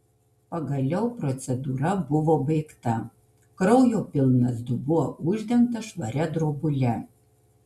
pagaliau procedūra buvo baigta kraujo pilnas dubuo uždengtas švaria drobule